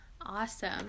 Awesome